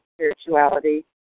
spirituality